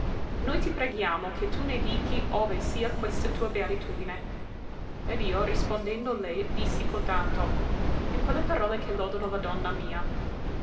noi ti preghiamo che tu ne dichi ove sia questa tua beatitudine ed io rispondendo lei dissi cotanto in quelle parole che lodano la donna mia